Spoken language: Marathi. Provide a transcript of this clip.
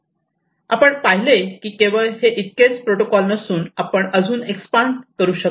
आपण पाहिले की केवळ हे इतकेच प्रोटोकॉल नसून आपण अजून एक्सपांड करू शकतो